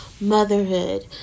motherhood